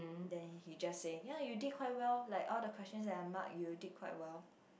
then he just say ya you did quite well like all the questions that I mark you did quite well